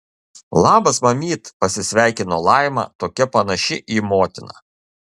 labas mamyt pasisveikino laima tokia panaši į motiną